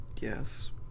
Yes